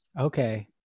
Okay